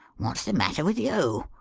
what's the matter with you?